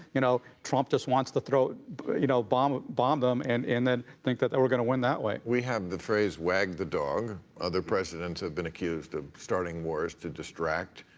you know. trump just wants to throw you know, bomb bomb them and and then think that that we're gonna win that way. we have the phrase, wag the dog. other presidents have been accused of starting wars to distract,